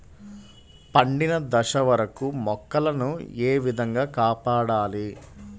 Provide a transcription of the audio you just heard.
పండిన దశ వరకు మొక్కల ను ఏ విధంగా కాపాడాలి?